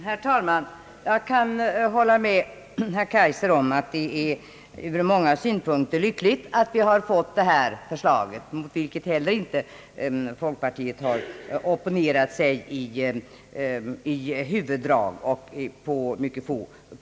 Herr talman! Jag kan hålla med herr Kaijser om att det ur många synpunkter är lyckligt att vi har fått det här förslaget, vars huvuddrag folkpartiet inte heller har opponerat sig emot.